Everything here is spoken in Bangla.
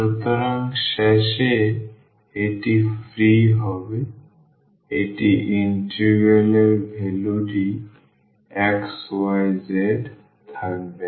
সুতরাং শেষে এটি ফ্রি হবে এই ইন্টিগ্রাল এর ভ্যালুটি xyz থাকবে না